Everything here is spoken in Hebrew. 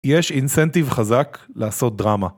יש אינסנטיב חזק לעשות דרמה.